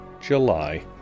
July